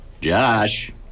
Josh